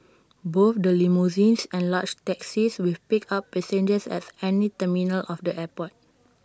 both the limousines and large taxis will pick up passengers at any terminal of the airport